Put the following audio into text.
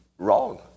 wrong